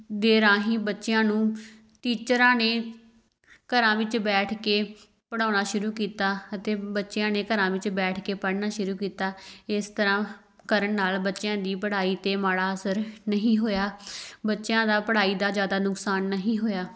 ਦੇ ਰਾਹੀਂ ਬੱਚਿਆਂ ਨੂੰ ਟੀਚਰਾਂ ਨੇ ਘਰਾਂ ਵਿੱਚ ਬੈਠ ਕੇ ਪੜ੍ਹਾਉਣਾ ਸ਼ੁਰੂ ਕੀਤਾ ਅਤੇ ਬੱਚਿਆਂ ਨੇ ਘਰਾਂ ਵਿੱਚ ਬੈਠ ਕੇ ਪੜ੍ਹਨਾ ਸ਼ੁਰੂ ਕੀਤਾ ਇਸ ਤਰ੍ਹਾਂ ਕਰਨ ਨਾਲ ਬੱਚਿਆਂ ਦੀ ਪੜ੍ਹਾਈ 'ਤੇ ਮਾੜਾ ਅਸਰ ਨਹੀਂ ਹੋਇਆ ਬੱਚਿਆਂ ਦਾ ਪੜ੍ਹਾਈ ਦਾ ਜ਼ਿਆਦਾ ਨੁਕਸਾਨ ਨਹੀਂ ਹੋਇਆ